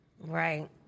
Right